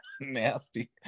nasty